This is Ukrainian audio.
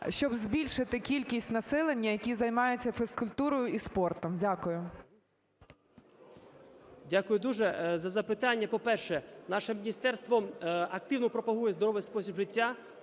щоб збільшити кількість населення, яке займається фізкультурою і спортом? Дякую. 11:01:47 МОВЧАН М.П. Дякую дуже за запитання. По-перше, наше міністерство активно пропагує здоровий спосіб життя,